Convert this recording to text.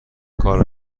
کارو